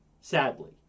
sadly